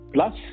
Plus